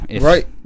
Right